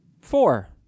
four